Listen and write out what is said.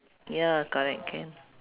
ya correct can